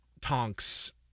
Tonks